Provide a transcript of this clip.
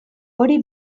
hori